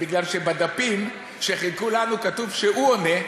כי בדפים שחילקו לנו כתוב שהוא עונה,